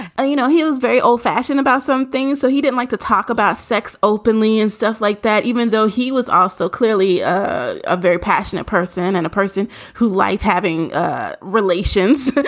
you know, he was very old fashioned about some things. so he didn't like to talk about sex openly and stuff like that, even though he was also clearly a very passionate person and a person who liked having ah relations